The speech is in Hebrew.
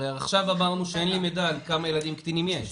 הרי עכשיו אמרנו שאין לי את המידע כמה ילדים קטינים יש.